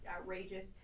outrageous